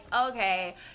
okay